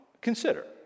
consider